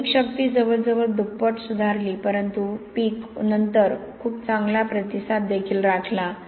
लवचिकता शक्ती जवळजवळ दुप्पट सुधारली परंतु पीक नंतर खूप चांगला प्रतिसाद देखील राखला